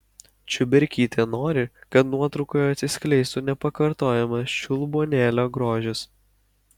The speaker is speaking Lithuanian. čiuberkytė nori kad nuotraukoje atsiskleistų nepakartojamas čiulbuonėlio grožis